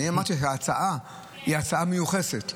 אני אמרתי שההצעה היא הצעה מיוחסת,